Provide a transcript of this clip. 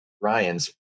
Ryan's